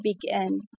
begin